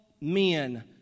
men